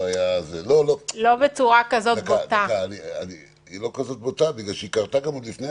לא בדיוק מה שכתוב